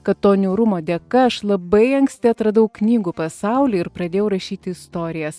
kad to niūrumo dėka aš labai anksti atradau knygų pasaulį ir pradėjau rašyti istorijas